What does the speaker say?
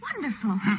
wonderful